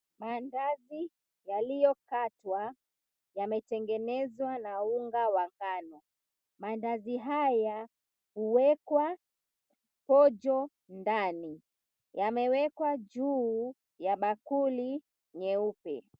Maandazi yaliyokatwa, yametengenezwa na unga wa ngano. Maandazi haya huekwa pojo. Ndani yamewekwa juu ya bakuli nyeupe.